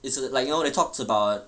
it's like you know they talked about